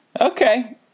okay